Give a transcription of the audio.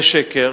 זה שקר.